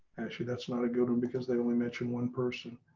actually, that's not a good one because they only mentioned one person.